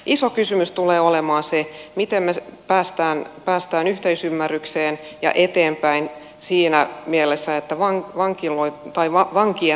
iso kysymys tulee olemaan se miten me pääsemme yhteisymmärrykseen ja eteenpäin siinä mielessä että maan vanki voi toivoa vankia